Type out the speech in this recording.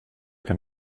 kan